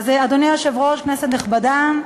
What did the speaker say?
אדוני היושב-ראש, השרים,